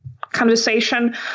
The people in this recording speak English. conversation